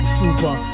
super